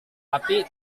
tapi